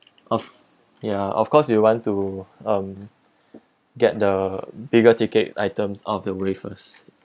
of ya of course you want to um get the bigger ticket items of the way first